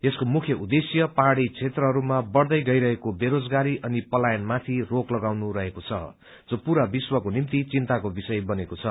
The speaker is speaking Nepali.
यसको मुख्य उद्देश्य पहाड़ी क्षेत्रहरूमा बढ़दै गइरहेको बेरोजगारी अनि पलायनमाथि रोक लगाउनु रहेको छ जो पूरा विश्वको निभ्ति चिन्ताको विषय बनेको छ